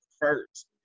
first